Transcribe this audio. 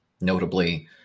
notably